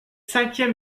cinquième